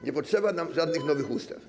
Nie potrzeba nam żadnych nowych ustaw.